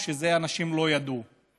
או שאנשים לא ידעו על זה.